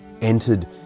entered